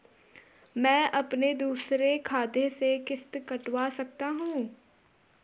मैं अपने दूसरे खाते से किश्त कटवा सकता हूँ?